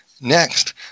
next